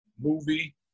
movie